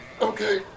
Okay